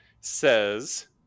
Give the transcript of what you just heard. says